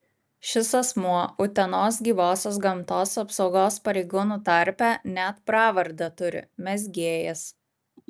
šis asmuo utenos gyvosios gamtos apsaugos pareigūnų tarpe net pravardę turi mezgėjas